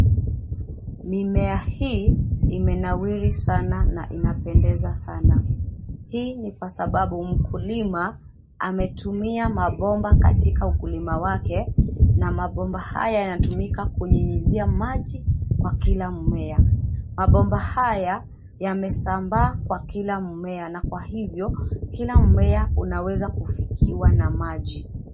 Mimea hii imenawiri sana na inapendeza sana. Hii ni kwa sababu mkulima ametumia mabomba katika ukulima wake na mabomba haya yanatumika kunyunyizia maji kwa kila mmea. Mabomba haya yamesambaa kwa kila mmea na kwa hivyo kila mmea unaweza kufikiwa na maji.